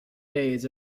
days